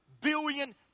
billion